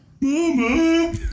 Mama